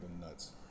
nuts